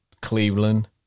Cleveland